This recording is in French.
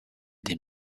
des